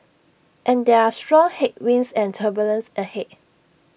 and there are strong headwinds and turbulence ahead